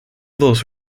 those